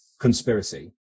conspiracy